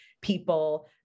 people